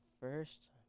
first